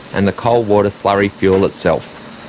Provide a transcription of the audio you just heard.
and the coal water slurry fuel itself.